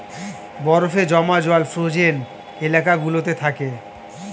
বরফে জমা জল ফ্রোজেন এলাকা গুলোতে থাকে